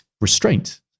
restraint